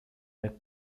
der